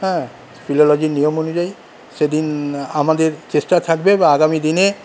হ্যাঁ ফিলোলজির নিয়ম অনুযায়ী সেদিন আমাদের চেষ্টা থাকবে বা আগামী দিনে